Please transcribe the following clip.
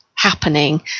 happening